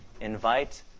Invite